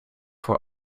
voor